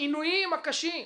העינויים הקשים,